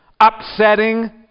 Upsetting